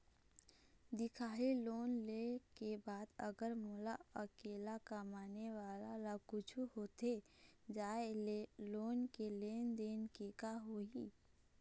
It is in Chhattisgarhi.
दिखाही लोन ले के बाद अगर मोला अकेला कमाने वाला ला कुछू होथे जाय ले लोन के लेनदेन के का होही?